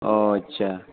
اوہ اچھا